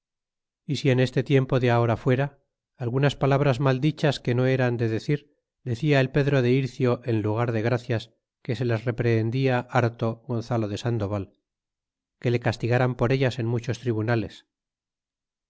y si en este tiempo de ahora fuera algunas palabras mal dichas que no eran de decir decia el pedro de ircio en lugar de gracias que se las reprehendia harto gonzalo de sandoval que le castigaran por ellas en muchos tribunales